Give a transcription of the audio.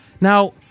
Now